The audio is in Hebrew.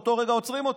באותו רגע עוצרים אותי,